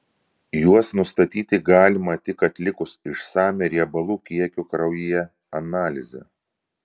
juos nustatyti galima tik atlikus išsamią riebalų kiekio kraujyje analizę